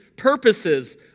purposes